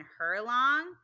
Herlong